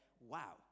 Wow